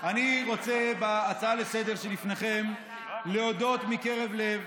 אני רוצה בהצעה לסדר-היום שלפניכם להודות מקרב לב